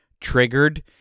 triggered